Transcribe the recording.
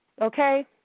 Okay